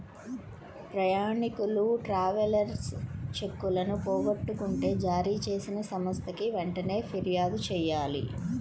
ప్రయాణీకులు ట్రావెలర్స్ చెక్కులను పోగొట్టుకుంటే జారీచేసిన సంస్థకి వెంటనే పిర్యాదు చెయ్యాలి